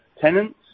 tenants